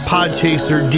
Podchaser